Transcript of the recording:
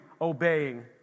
obeying